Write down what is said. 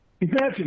imagine